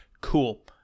cool